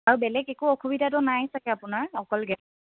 আৰু বেলেগ একো অসুবিধাটো নাই চাগে আপোনাৰ অকল